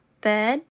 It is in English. bed